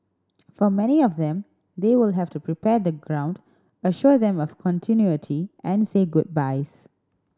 for many of them they will have to prepare the ground assure them of continuity and say goodbyes